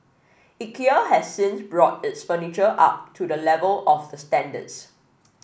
Ikea has since brought its furniture up to the level of the standards